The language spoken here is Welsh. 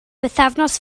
bythefnos